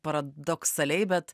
paradoksaliai bet